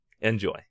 Enjoy